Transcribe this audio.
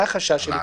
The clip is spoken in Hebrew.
זה החשש שלי.